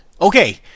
Okay